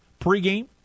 pregame